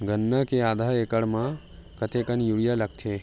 गन्ना के आधा एकड़ म कतेकन यूरिया लगथे?